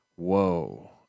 Whoa